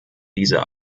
diese